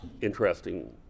interesting